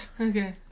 Okay